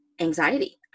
anxiety